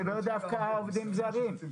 ולאו דווקא עובדים זרים?